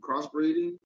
crossbreeding